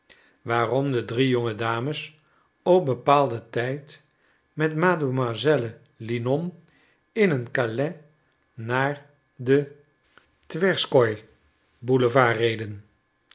de drie jonge dames op bepaalden tijd met mademoiselle linon in een kales naar den twerskoyboulevard